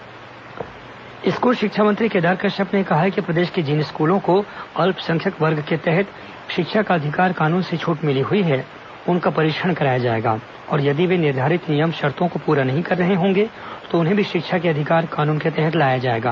विधानसभा समाचार RTE school शिक्षा मंत्री केदार कश्यप ने कहा है कि प्रदेश के जिन स्कूलों को अल्पसंख्यक वर्ग के तहत शिक्षा का अधिकार कानून से छूट मिली हुई है उनका परीक्षण कराया जाएगा और यदि वे निर्धारित नियम शर्तों को पूरी नहीं कर रहे होंगे तो उन्हें भी शिक्षा के अधिकार अधिनियम के तहत लाया जाएगा